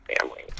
family